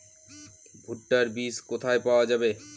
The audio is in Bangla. ভুট্টার বিজ কোথায় পাওয়া যাবে?